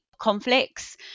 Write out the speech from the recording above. conflicts